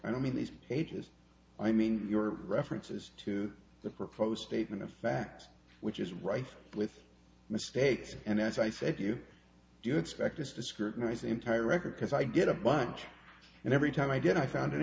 i don't mean these pages i mean your references to the proposed statement of fact which is rife with mistakes and as i said you do expect us to scrutinize the entire record because i get a bunch and every time i get i found an